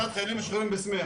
שכונת חיילים משוחררים בסמיע,